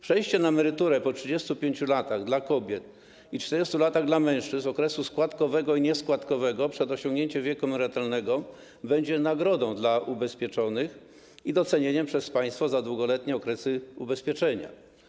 Przejście na emeryturę po 35 latach dla kobiet i 40 latach dla mężczyzn okresu składkowego i nieskładkowego, przed osiągnięciem wieku emerytalnego - będzie nagrodą dla ubezpieczonych i docenieniem przez państwo za długoletnie okresy ubezpieczenia.